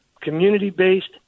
community-based